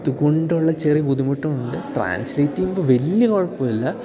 അതുകൊണ്ടുള്ള ചെറിയ ബുദ്ധിമുട്ടുണ്ട് ട്രാൻസ്ലേറ്റ് ചെയ്യുമ്പോൾ വലിയ കുഴപ്പമില്ല